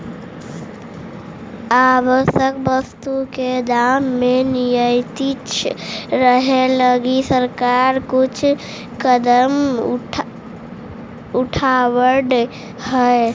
आवश्यक वस्तु के दाम के नियंत्रित रखे लगी सरकार कुछ कदम उठावऽ हइ